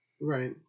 right